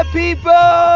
people